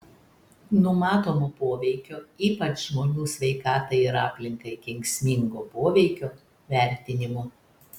numatomo poveikio ypač žmonių sveikatai ir aplinkai kenksmingo poveikio vertinimo